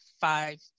five